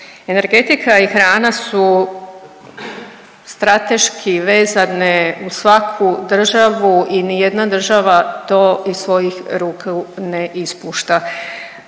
energetika i hrana su strateški vezane uz svaku državu i nijedna država to iz svojih ruku ne ispušta,